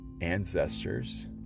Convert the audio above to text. ancestors